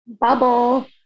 bubble